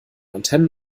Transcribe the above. antennen